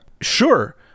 Sure